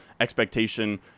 expectation